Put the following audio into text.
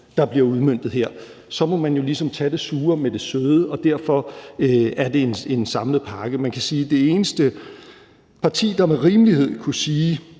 der bliver udmøntet her, må man ligesom tage det sure med det søde, og derfor er det en samlet pakke. Man kan sige, at de to eneste partier, der med rimelighed kunne sige,